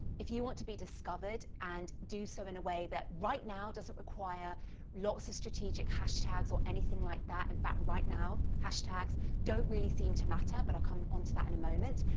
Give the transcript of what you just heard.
if you want to be discovered and do so in a way that right now doesn't require lots of strategic hashtags or anything like that. in fact, right now, hashtags don't really seem to matter, but i'll come on to that in a moment.